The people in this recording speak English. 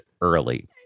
early